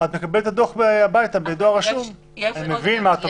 את מקבלת אותו הביתה בדואר רשום --- יש --- אני מבין מה את אומרת.